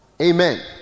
amen